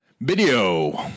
Video